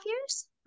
years